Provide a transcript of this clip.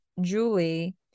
julie